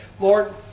Lord